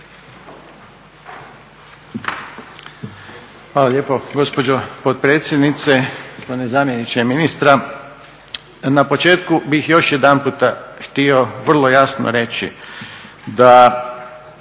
Hvala lijepo gospođo potpredsjednice, gospodine zamjeniče ministra. Na početku bih još jedanputa htio vrlo jasno reći da